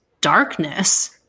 darkness